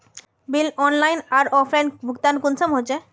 Bill online आर offline भुगतान कुंसम होचे?